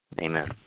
Amen